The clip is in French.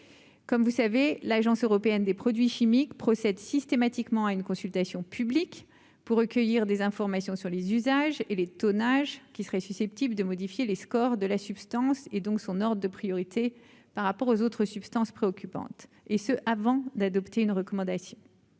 comme vous savez, l'Agence européenne des produits chimiques procède systématiquement à une consultation publique pour recueillir des informations sur les usages et les tonnages qui seraient susceptibles de modifier les scores de la substance et donc son ordre de priorité par rapport aux autres substances préoccupantes et ce, avant d'adopter une recommandation,